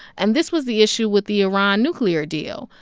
and this was the issue with the iran nuclear deal,